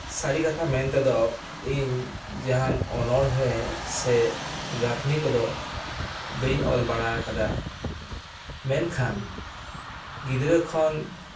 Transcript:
ᱥᱟᱹᱨᱤ ᱠᱟᱛᱷᱟ ᱢᱮᱱ ᱛᱮᱫᱚ ᱤᱧ ᱡᱟᱦᱟᱱ ᱚᱱᱚᱲᱦᱮᱸ ᱥᱮ ᱜᱟᱹᱛᱷᱱᱤ ᱠᱚᱫᱚ ᱵᱟᱹᱧ ᱚᱞ ᱵᱟᱲᱟ ᱟᱠᱟᱫᱟ ᱢᱮᱱᱠᱷᱟᱱ ᱜᱤᱫᱽᱨᱟᱹ ᱠᱷᱚᱱ